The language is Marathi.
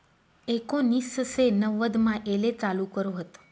एकोनिससे नव्वदमा येले चालू कर व्हत